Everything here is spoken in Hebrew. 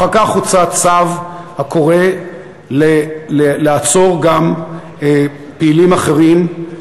ואחר כך הוצא צו הקורא לעצור גם פעילים אחרים.